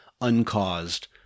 uncaused